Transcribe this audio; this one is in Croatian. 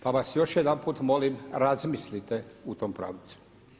Pa vas još jedanput molim, razmislite u tom pravcu.